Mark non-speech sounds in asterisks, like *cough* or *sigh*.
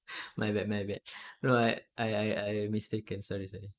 *breath* my bad my bad no I I I I mistaken sorry sorry